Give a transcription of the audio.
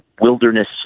wilderness